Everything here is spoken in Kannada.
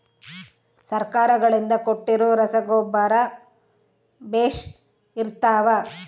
ಸರ್ಕಾರಗಳಿಂದ ಕೊಟ್ಟಿರೊ ರಸಗೊಬ್ಬರ ಬೇಷ್ ಇರುತ್ತವಾ?